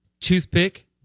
toothpick